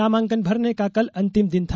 नामांकन भरने का कल अंतिम दिन था